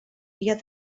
via